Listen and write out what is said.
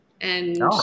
And-